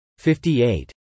58